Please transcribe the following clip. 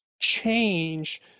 change